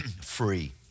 free